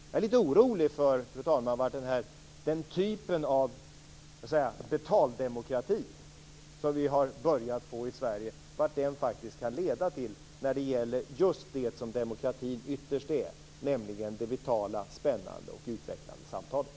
Jag är lite orolig för vart den typen av betaldemokrati som vi har börjat att få i Sverige skall leda till när det gäller just det som demokratin ytterst är, nämligen det vitala, spännande och utvecklande samtalet.